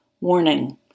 Warning